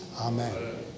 Amen